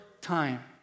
time